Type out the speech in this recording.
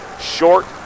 Short